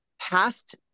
past